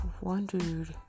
wondered